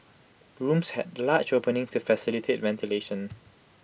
grooms had large openings to facilitate ventilation